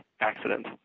accident